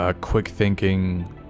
quick-thinking